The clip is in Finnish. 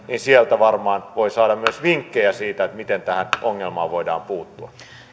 sieltä varmaan voi saada myös vinkkejä siitä miten tähän ongelmaan voidaan puuttua